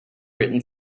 written